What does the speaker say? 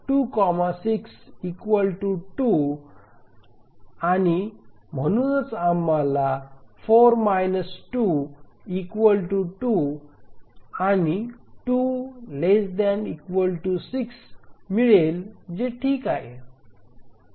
तर GCD26 2आणि म्हणून आम्हाला 4 2 2 आणि 2 ≤ 6 मिळेल जे ठीक आहे